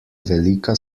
velika